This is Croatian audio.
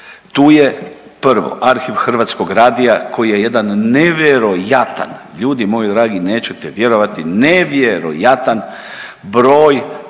Tu je prvo Arhiv hrvatskog radija koji je jedan nevjerojatan, ljudi moji dragi nećete vjerovati nevjerojatan broj